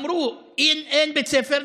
אמרו: אם אין בית ספר,